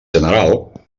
general